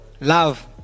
love